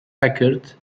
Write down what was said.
packard